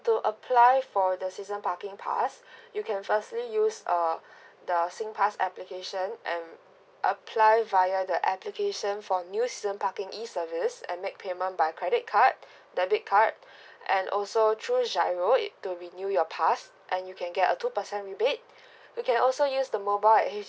to apply for the season parking pass you can firstly use um the singpass application and apply via the application for new season parking e service and make payment by credit card card and also through G_I_R_O to renew your past and you can get a two percent rebate you can also use the mobile at